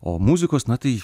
o muzikos na tai